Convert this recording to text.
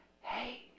hey